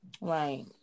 Right